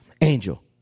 Angel